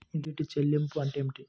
యుటిలిటీల చెల్లింపు అంటే ఏమిటి?